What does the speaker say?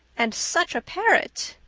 and such a parrot!